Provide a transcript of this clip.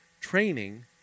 Training